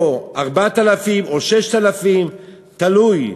או 4,000 או 6,000, תלוי,